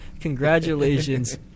Congratulations